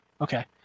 Okay